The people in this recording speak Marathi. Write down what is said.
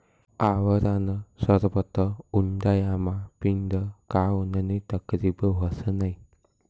आवळानं सरबत उंडायामा पीदं का उननी तकलीब व्हस नै